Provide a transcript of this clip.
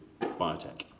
biotech